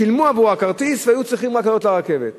שילמו עבור הכרטיס והיו צריכים רק לעלות לרכבת.